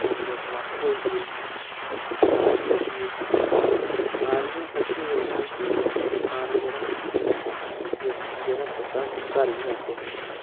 होर टमाटर होइये टमाटर होइये सारियां सब्ज़ियां जेह्ड़ियां हल्दी बगैरा सारा जेह्ड़ा जेह्ड़ा सौदा अस घर ई लांदे अपने